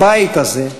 הבית הזה,